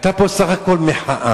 היתה פה סך הכול מחאה,